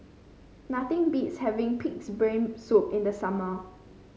nothing beats having pig's brain soup in the summer